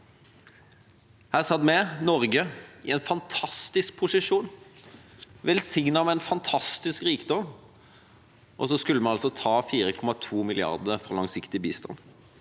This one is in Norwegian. Her satt vi, Norge, i en fantastisk posisjon, velsignet med en fantastisk rikdom, og skulle altså ta 4,2 mrd. kr fra langsiktig bistand.